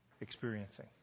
experiencing